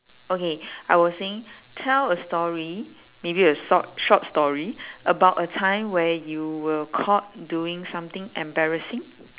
okay I was saying tell a story maybe a short short story about a time where you were caught doing something embarrassing